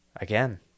again